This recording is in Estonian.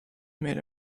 meile